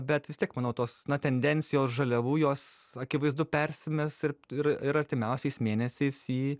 bet vis tiek manau tos tendencijos žaliavų jos akivaizdu persimes ir ir ir artimiausiais mėnesiais į